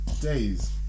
days